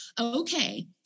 Okay